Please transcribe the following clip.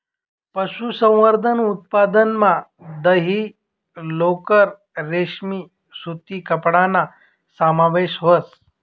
पशुसंवर्धन उत्पादनमा दही, लोकर, रेशीम सूती कपडाना समावेश व्हस